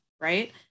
right